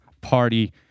party